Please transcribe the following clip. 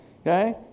okay